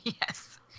Yes